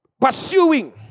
pursuing